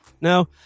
No